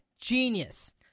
genius